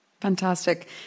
Fantastic